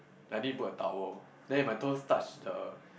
I need put a towel then if my toes touch the